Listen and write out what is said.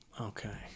Okay